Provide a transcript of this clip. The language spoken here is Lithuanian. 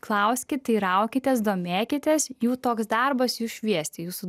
klauskit teiraukitės domėkitės jų toks darbas jus šviesti jūsų